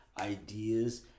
ideas